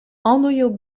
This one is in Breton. anvioù